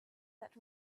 that